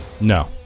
No